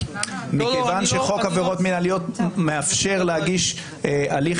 מכיוון שחוק עבירות מינהליות מאפשר להגיש הליך